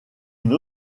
une